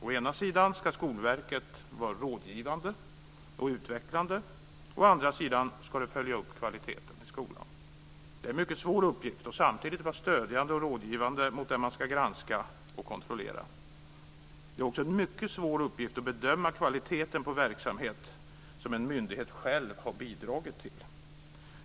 Å ena sidan ska Skolverket vara rådgivande och utvecklande. Å andra sidan ska Skolverket följa upp kvaliteten i skolan. Det är en mycket svår uppgift att samtidigt vara stödjande och rådgivande gentemot den som ska granskas och kontrolleras. Det är också en mycket svår uppgift att bedöma kvaliteten på verksamhet som en myndighet själv har bidragit till.